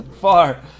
Far